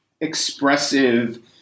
expressive